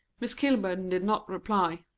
miss kilburn did not reply.